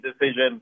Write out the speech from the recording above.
decision